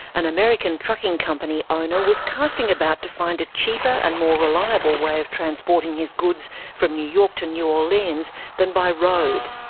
an american trucking company owner was casting about to find a cheaper and more reliable way of transporting his goods from new york to new orleans than by road.